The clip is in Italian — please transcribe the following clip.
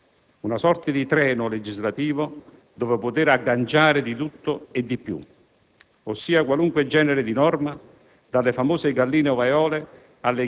ovvero atto legislativo che contiene una congerie di disposizioni volte a dare applicazioni a direttive comunitarie che toccano le più svariate e complesse materie.